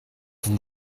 from